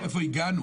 לאיפה הגענו?